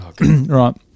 right